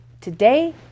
today